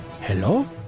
Hello